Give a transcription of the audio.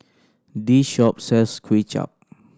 this shop sells Kway Chap